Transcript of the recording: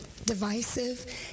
divisive